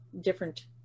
different